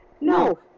No